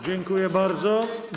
Dziękuję bardzo.